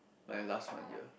my last one year